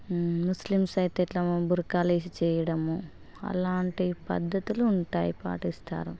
Muslims అయితే ఇట్లా బుర్కాా వేసి చేయడము అలాంటి పద్ధతులు ఉంటాయి పాటిస్తారు